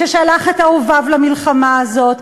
ששלח את אהוביו למלחמה הזאת,